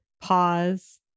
pause